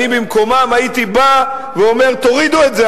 במקומם הייתי בא ואומר: תורידו את זה,